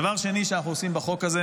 דבר שני שאנחנו עושים בחוק הזה,